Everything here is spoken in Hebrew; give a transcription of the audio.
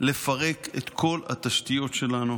לפרק את כל התשתיות שלנו